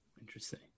interesting